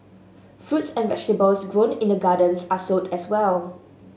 fruits and vegetables grown in the gardens are sold as well